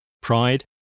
Pride